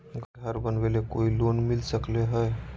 घर बनावे ले कोई लोनमिल सकले है?